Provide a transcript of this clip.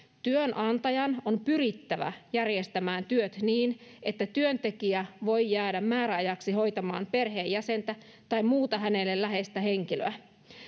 työnantajan on pyrittävä järjestämään työt niin että työntekijä voi jäädä määräajaksi hoitamaan perheenjäsentä tai muuta hänelle läheistä henkilöä